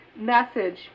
Message